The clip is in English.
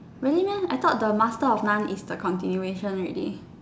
really meh I thought the master of none is the continuation already